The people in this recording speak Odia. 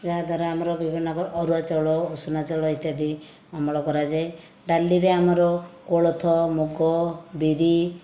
ଯାହାଦ୍ୱାରା ଆମର ବିଭିନ୍ନ ଅରୁଆ ଚାଉଳ ଉଷୁନା ଚାଉଳ ଇତ୍ୟାଦି ଅମଳ କରାଯାଏ ଡାଲିରେ ଆମର କୋଳଥ ମୁଗ ବିରି